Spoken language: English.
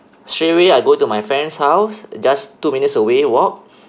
straight away I go to my friend's house just two minutes away walk